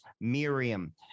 Miriam